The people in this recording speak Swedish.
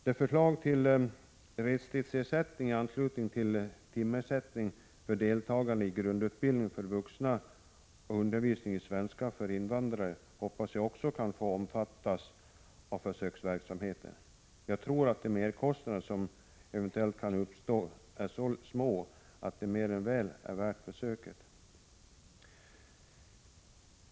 Jag hoppas att restidsersättning i anslutning till timersättning för deltagare i grundutbildning för vuxna och undervisning i svenska för invandrare enligt det förslag som föreligger också kan få omfattas av försöksverksamheten. Jag tror att de merkostnader som eventuellt kan uppstå är små och att det mer än väl är värt försöket.